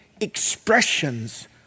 expressions